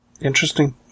Interesting